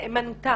נאמנותם.